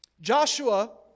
Joshua